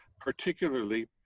particularly